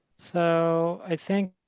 so i think